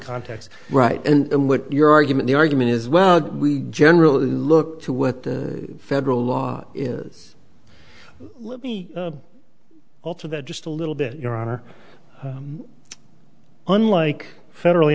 context right and what your argument the argument is well we generally look to what the federal law is let me alter that just a little bit your honor unlike federally